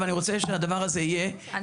אני רוצה שהדבר הזה ייבחן.